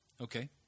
Okay